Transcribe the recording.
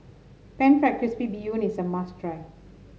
pan fried crispy Bee Hoon is a must try